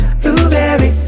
blueberry